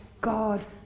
God